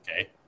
okay